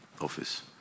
office